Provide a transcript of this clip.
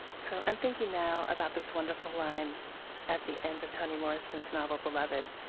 so i'm thinking now about this wonderful line at the end of toni morrison's novel beloved,